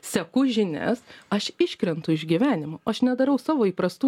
seku žinias aš iškrentu iš gyvenimo aš nedarau savo įprastų